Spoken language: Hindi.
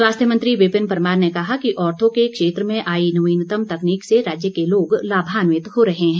स्वास्थ्य मंत्री विपिन परमार ने कहा कि ऑर्थो के क्षेत्र में आई नवीनतम तकनीक से राज्य के लोग लाभान्वित हो रहे हैं